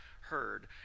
heard